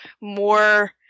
more